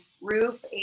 roof